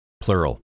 plural